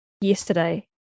yesterday